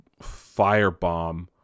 firebomb